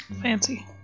Fancy